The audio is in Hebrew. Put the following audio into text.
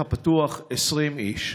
20 איש.